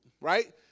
right